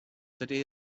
dydy